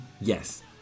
yes